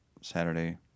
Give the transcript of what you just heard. saturday